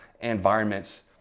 environments